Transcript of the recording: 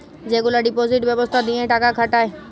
যেগলা ডিপজিট ব্যবস্থা দিঁয়ে টাকা খাটায়